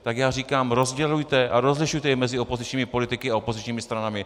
Tak já říkám: Rozdělujte a rozlišujete i mezi opozičními politiky a opozičními stranami.